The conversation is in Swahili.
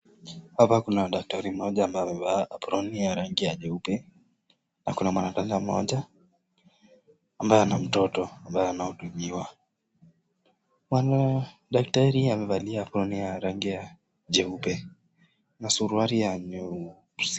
Hapa kuna daktari mmoja ambaye amevaa aproni ya rangi ya nyeupe, na kuna mwanadada mmoja, ambaye ana mtot ambaye anahudumiwa. Daktari amevalia aproni ya rangi ya jeupe na suruali nyeusi.